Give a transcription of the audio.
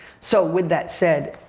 so, with that said,